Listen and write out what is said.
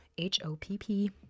H-O-P-P